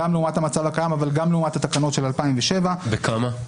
גם לעומת המצב הקיים אבל גם לעומת התקנות של 2007. בכמה?